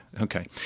okay